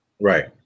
right